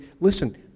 Listen